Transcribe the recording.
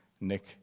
Nick